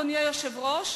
אדוני היושב-ראש,